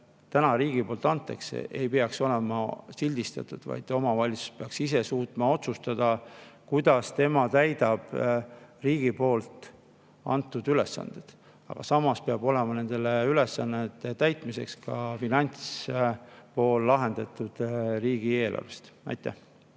raha omavalitsustele ei peaks olema sildistatud, vaid omavalitsus peaks ise suutma otsustada, kuidas ta täidab riigi antud ülesanded. Aga samas peab olema nende ülesannete täitmiseks ka finantspool [kaetud] riigieelarvest. Aitäh!